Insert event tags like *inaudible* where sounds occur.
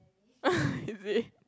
*laughs* is it